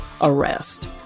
arrest